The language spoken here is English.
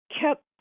kept